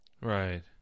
Right